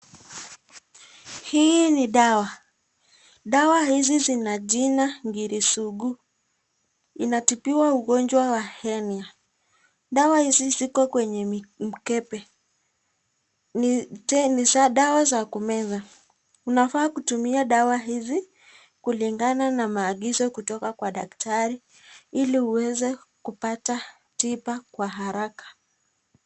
Hii ni dawa Dawa hizi zina jina Ngirisugu Inatibiwa ugonjwa wa henna Dawa hizi ziko kwenye mkebe Ni dawa za kumeza Unafaa kutumia dawa hizi kulingana na maagizo kutoka kwa daktari ili uweze kupata tiba kwa haraka